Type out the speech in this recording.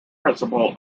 principal